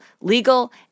legal